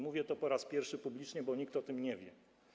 Mówię to po raz pierwszy publicznie, bo nikt o tym nie wie.